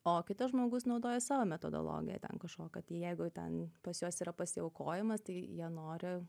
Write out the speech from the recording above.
o kitas žmogus naudoja savo metodologiją ten kažkokią tai jeigu ten pas juos yra pasiaukojimas tai jie nori